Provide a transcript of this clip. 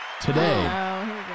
Today